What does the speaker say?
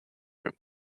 room